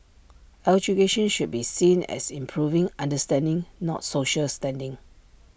education should be seen as improving understanding not social standing